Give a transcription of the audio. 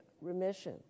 remission